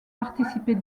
participer